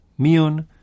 Miun